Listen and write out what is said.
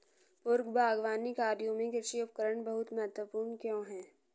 पूर्व बागवानी कार्यों में कृषि उपकरण बहुत महत्वपूर्ण क्यों है?